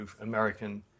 American